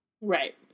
right